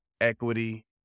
equity